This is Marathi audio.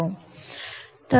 तर मला द्या